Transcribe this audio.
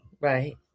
Right